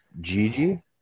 Gigi